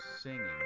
singing